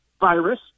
virus